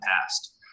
past